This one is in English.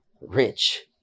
rich